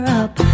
up